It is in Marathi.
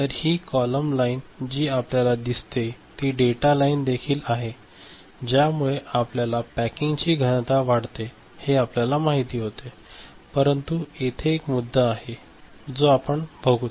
तर ही कॉलम लाइन जी आपल्याला दिसते ती डेटा लाइन देखील आहे ज्यामुळे आपल्याला पॅकिंगची घनता वाढते हे आपल्याला माहित होते परंतु तेथे एक मुद्धा आहे जो आपण बघूच